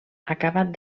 acabat